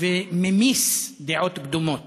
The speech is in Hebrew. וממיס דעות קדומות.